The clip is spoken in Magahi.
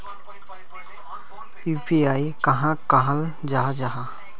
यु.पी.आई कहाक कहाल जाहा जाहा?